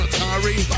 Atari